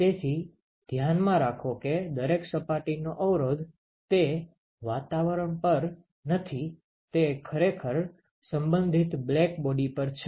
તેથી ધ્યાનમાં રાખો કે દરેક સપાટીનો અવરોધ તે વાતાવરણ પર નથી તે ખરેખર સંબંધિત બ્લેકબોડી પર છે